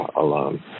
alone